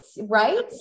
right